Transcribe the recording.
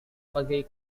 pergi